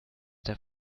der